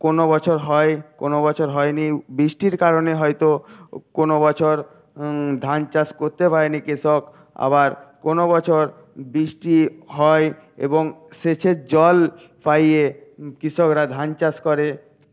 কোনো বছর হয় কোনো বছর হয়নি বৃষ্টির কারণে হয়তো কোনো বছর ধান চাষ করতে পারেনি কৃষক আবার কোনো বছর বৃষ্টি হয় এবং সেচের জল পাইয়ে কৃষকরা ধান চাষ করে